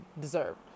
deserved